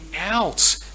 out